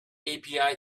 api